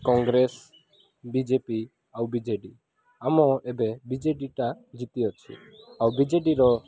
Congress B J P ଆଉ B J D ଆମ ଏବେ ବିଜେଡ଼ିଟା ଜିତିଅଛି ଆଉ ବିଜେଡ଼ିର